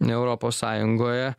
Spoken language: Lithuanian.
europos sąjungoje